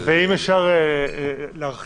אם אפשר להרחיב,